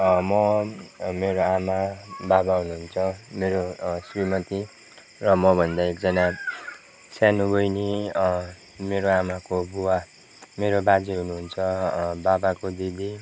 म मेरो आमा बाबा हुनुहुन्छ मेरो श्रीमती र मभन्दा एकजना सानो बहिनी है मेरो आमाको बुवा मेरो बाजे हुनुहुन्छ बाबाको दिदी